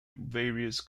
various